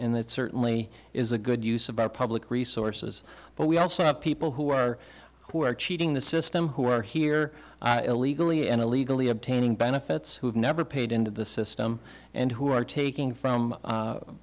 that certainly is a good use of our public resources but we also have people who are who are cheating the system who are here illegally and illegally obtaining benefits who have never paid into the system and who are taking from